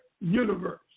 universe